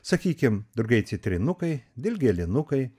sakykim drugiai citrinukai dilgėlynukai